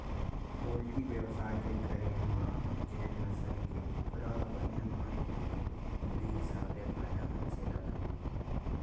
poultry बेवसाय के करे म जेन नसल के कुकरा ह बने मांस देथे तेने हिसाब ले फायदा मनसे ल बने होथे